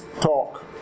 talk